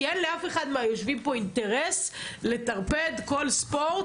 כי אין לאף אחד מהיושבים פה אינטרס לטרפד כל ספורט,